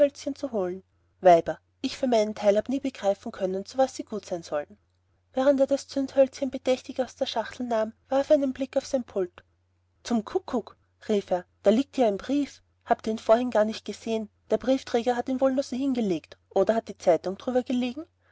zu holen weiber ich für mein teil hab nie begreifen können zu was die gut sein sollen während er das zündhölzchen bedächtig aus der schachtel nahm warf er einen blick auf sein pult zum kuckuck rief er da liegt ja ein brief hab den vorhin gar nicht gesehen der briefträger hat ihn wohl nur so hingelegt oder hat die zeitung drüber gelegen